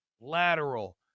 lateral